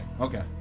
Okay